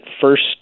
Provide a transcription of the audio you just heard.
first